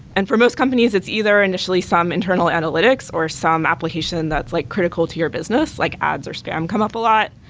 and for most companies it's either initially some internal analytics or some application that's like critical to your business, like ads or spam come up a lot.